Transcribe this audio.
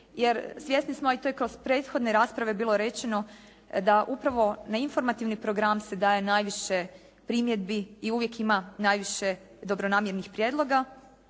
jer svjesni smo, a to je i kroz prethodne rasprave bilo rečeno da upravo na informativni program se daje najviše primjedbi i uvijek ima najviše dobronamjernih prijedloga